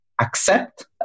accept